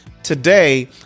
Today